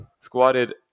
squatted